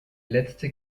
letzte